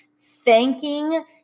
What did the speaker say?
thanking